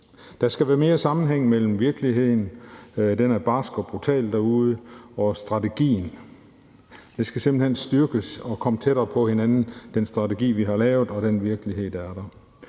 Der skal være mere sammenhæng mellem virkeligheden – den er barsk og brutal derude – og strategien. Den skal simpelt hen styrkes, og den strategi, vi har lavet, og den virkelighed, der er,